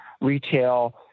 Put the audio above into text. retail